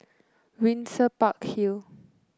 Windsor Park Hill